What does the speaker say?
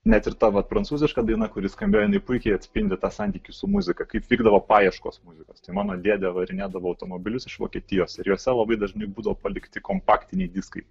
net ir ta vat prancūziška daina kuri skambėjo jinai puikiai atspindi tą santykį su muzika kaip vykdavo paieškos muzikos tai mano dėdė varinėdavo automobilius iš vokietijos ir juose labai dažnai būdavo palikti kompaktiniai diskai